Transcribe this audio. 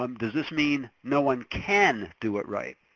um does this mean no one can do it right?